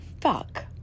fuck